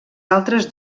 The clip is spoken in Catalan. altres